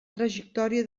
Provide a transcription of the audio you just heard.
trajectòria